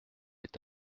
est